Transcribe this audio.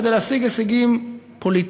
כדי להשיג הישגים פוליטיים.